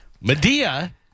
Medea